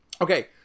Okay